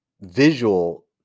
visual